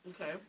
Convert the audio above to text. Okay